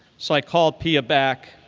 so i called pia back,